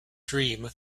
dream